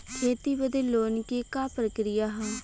खेती बदे लोन के का प्रक्रिया ह?